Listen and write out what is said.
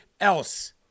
else